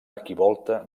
arquivolta